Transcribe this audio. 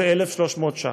זה 1,300 ש"ח.